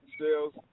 sales